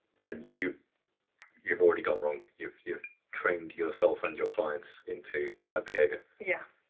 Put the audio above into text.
then you've you've already gone wrong. you've you've trained yourself and your clients into bad behavior. yeah,